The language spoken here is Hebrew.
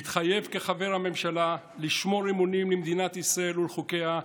מתחייב כחבר הממשלה לשמור אמונים למדינת ישראל ולחוקיה,